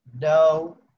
no